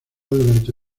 durante